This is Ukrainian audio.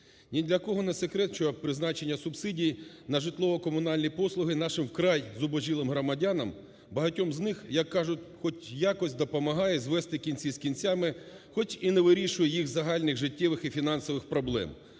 Не для кого не секрет, що призначення субсидій на житлово-комунальні послуги нашим, вкрай зубожілим, громадянам, багатьом з них, як кажуть, хоч якось допомагає звести кінці з кінцями, хоча і не вирішує їх загальних, життєвих і фінансових проблем,